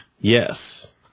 yes